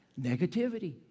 Negativity